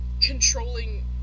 controlling